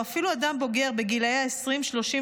או אפילו אדם בוגר בשנות העשרים או השלושים